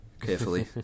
Carefully